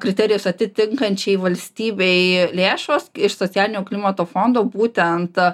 kriterijus atitinkančiai valstybei lėšos iš socialinio klimato fondo būtent